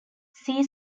see